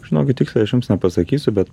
žinokit tiksliai aš jums nepasakysiu bet